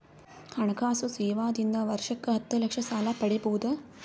ಹಣಕಾಸು ಸೇವಾ ದಿಂದ ವರ್ಷಕ್ಕ ಹತ್ತ ಲಕ್ಷ ಸಾಲ ಪಡಿಬೋದ?